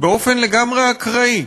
באופן לגמרי אקראי.